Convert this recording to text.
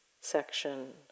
section